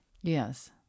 Yes